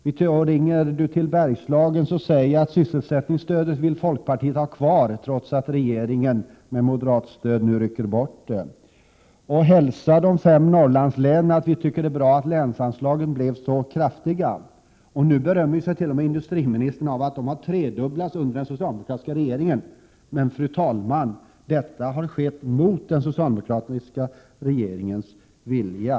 Om industriministern ringer till Bergslagen, så säg att folkpartiet vill ha kvar sysselsättningsstödet, trots att regeringen med hjälp från moderaterna nu rycker bort detta. Och hälsa de fem Norrlandslänen att vi tycker att det är bra att länsanslagen höjdes så kraftigt. Nu berömmer sig ju t.o.m. industriministern av att dessa har tredubblats under socialdemokratiska regeringens tid. Men, fru talman, detta har skett mot den socialdemokratiska regeringens vilja.